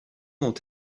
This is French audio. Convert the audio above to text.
ont